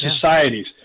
societies